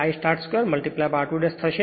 આ છે સમીકરણ 44 છે